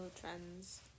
trends